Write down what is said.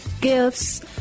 gifts